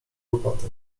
łopaty